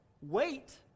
wait